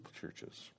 churches